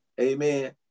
Amen